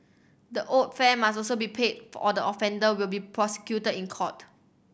the owed fare must also be paid for or the offender will be prosecuted in court